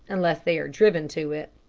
unless they are driven to it.